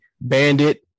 bandit